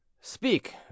Speak